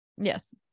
Yes